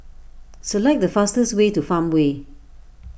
select the fastest way to Farmway